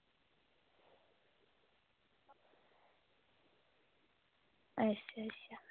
अच्छा अच्छा